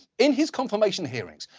in his confirmation hearings,